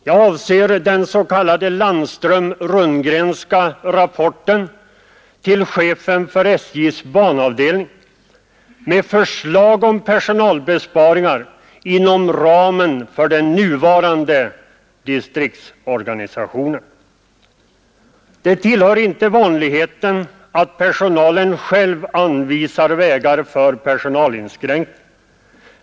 Jag avser den s.k. Landström—Rundgrenska rapporten till chefen för SJ:s banavdelning med förslag om personalbesparingar inom ramen för nuvarande distriktsorganisation. Det tillhör inte vanligheterna att personalen själv anvisar vägar för personalinskränkningar.